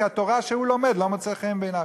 כי התורה שהוא לומד לא מוצאת חן בעיניו?